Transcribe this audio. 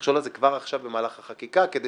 המכשול הזה כבר עכשיו, במהלך החקיקה, כדי